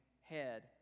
head